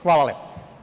Hvala lepo.